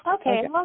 okay